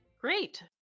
great